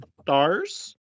stars